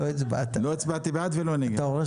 לא הצבעתי בעד ולא נגד.